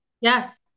Yes